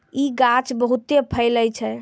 इ गाछ बहुते फैलै छै